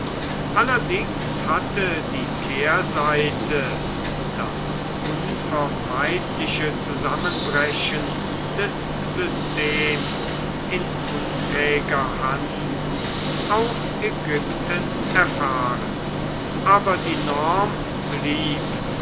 allerdings hatte die kehrseite das unvermeidliche zusammenbrechen des systems in unfähiger hand auch ägypten erfahren aber die norm blieb